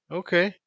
okay